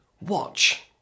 watch